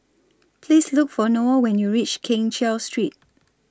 Please Look For Noel when YOU REACH Keng Cheow Street